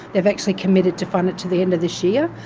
they've actually committed to fund it to the end of this year,